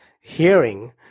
hearing